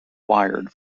wired